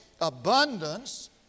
abundance